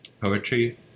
poetry